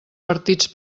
partits